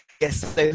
Yes